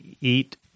eat